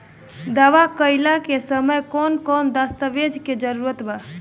दावा कईला के समय कौन कौन दस्तावेज़ के जरूरत बा?